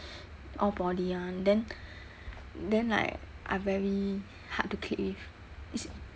all poly [one] then then like I very hard to click with it's